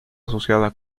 asociada